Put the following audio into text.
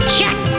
Check